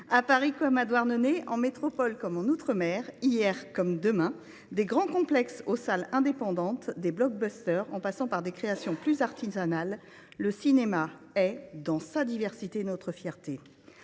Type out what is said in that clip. À Paris comme à Douarnenez, en métropole comme en outre mer, hier comme demain, des grands complexes aux salles indépendantes, des aux créations plus artisanales, le cinéma est, dans sa diversité, notre fierté